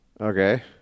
Okay